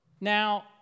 now